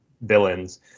villains